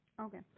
Okay